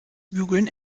bügeln